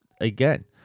again